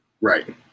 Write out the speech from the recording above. Right